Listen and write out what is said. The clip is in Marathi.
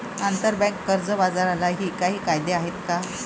आंतरबँक कर्ज बाजारालाही काही कायदे आहेत का?